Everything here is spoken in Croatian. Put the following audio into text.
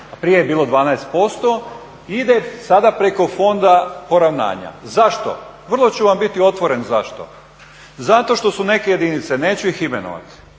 prije je bilo 12% ide sada preko fonda poravnanja. Zašto? Vrlo ću vam biti otvoren zašto. Zato što su neke jedinice, neću ih imenovati